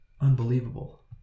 Unbelievable